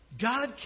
God